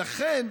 לכן,